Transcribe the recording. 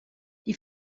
die